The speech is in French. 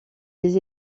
des